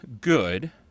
good